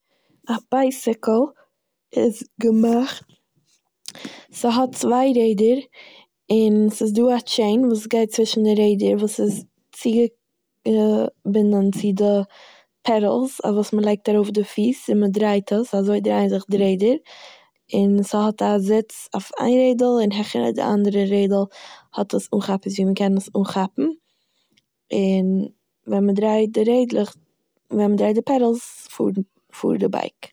א בייסיקל איז געמאכט ס'האט צוויי רעדער און ס'איז דא א טשעין וואס גייט צווישן די רעדער וואס איז צוגע- געבינדן צו די פעדלס אויף וואס מ'לייגט ארויף די פיס און מ'דרייט עס אזוי דרייען זיך די רעדער, און ס'האט א זיץ אויף איין רעדל און העכער די אנדערע רעדל האט עס אנכאפערס ווי מ'קען עס אנכאפן, און ווען מ'דרייט די רעדלעך- ווען מ'דרייט די פעדלס פארן- פארט די בייק.